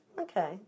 Okay